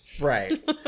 Right